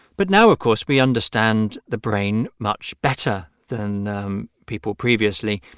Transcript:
but now, of course, we understand the brain much better than um people previously.